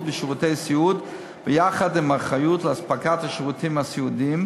ושירותי סיעוד יחד עם האחריות למתן השירותים הסיעודיים.